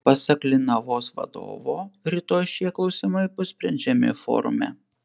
pasak linavos vadovo rytoj šie klausimai bus sprendžiami forume